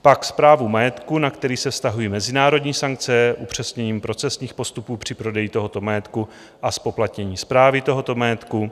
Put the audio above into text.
dále pak správu majetku, na který se vztahují mezinárodní sankce, upřesněním procesních postupů při prodeji tohoto majetku a zpoplatnění správy tohoto majetku;